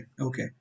okay